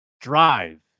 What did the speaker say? drive